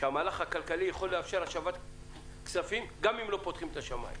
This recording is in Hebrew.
שהמהלך הכלכלי יכול לאפשר השבת כספים גם אם פותחים את השמיים.